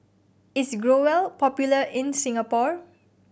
is Growell popular in Singapore